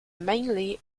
mainly